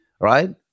right